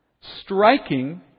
striking